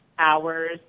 hours